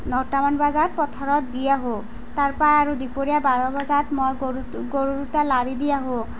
নটা মান বজাত পথাৰত দি আহোঁ তাৰপা আৰু দুপৰীয়া বাৰ বজাত মই গৰুটো গৰু দুটা লাৰি দি আহোঁ